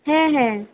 হ্যাঁ হ্যাঁ